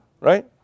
right